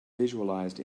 visualized